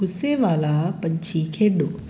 ਗੁੱਸੇ ਵਾਲਾ ਪੰਛੀ ਖੇਡੋ